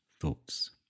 thoughts